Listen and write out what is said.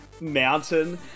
mountain